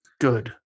Good